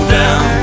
down